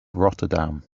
rotterdam